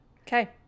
okay